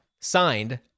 signed